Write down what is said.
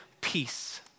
peace